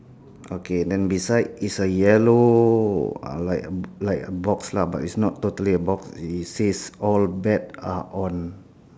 okay then beside is a yellow uh like a like a box lah but it's not totally a box it says all bet are on